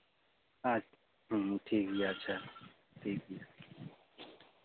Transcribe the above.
ᱟᱪᱪᱷᱟ ᱦᱮᱸ ᱴᱷᱤᱠ ᱜᱮᱭᱟ ᱟᱪᱪᱷᱟ ᱴᱷᱤᱠ ᱜᱮᱭᱟ